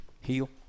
Heal